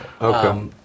Okay